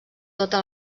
tota